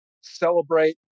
celebrate